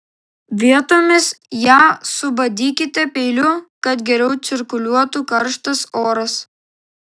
vietomis ją subadykite peiliu kad geriau cirkuliuotų karštas oras